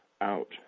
out